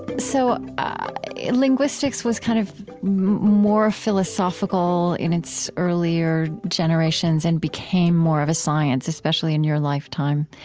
so linguistics was kind of more philosophical in its earlier generations and became more of science, especially in your lifetime.